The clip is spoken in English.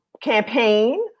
campaign